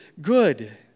good